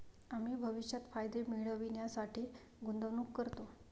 आम्ही भविष्यात फायदे मिळविण्यासाठी गुंतवणूक करतो